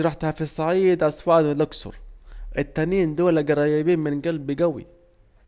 الي روحتها في الصعيد اصوان والاجصر، التنين دولة جريبين من جلبي جوي